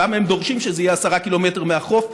למה הם דורשים שזה יהיה 10 קילומטר מהחוף,